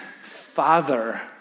Father